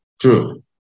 true